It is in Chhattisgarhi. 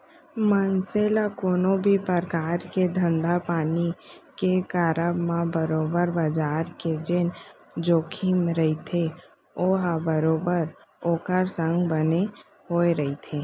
मनसे ल कोनो भी परकार के धंधापानी के करब म बरोबर बजार के जेन जोखिम रहिथे ओहा बरोबर ओखर संग बने होय रहिथे